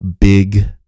big